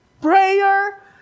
Prayer